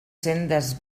sendes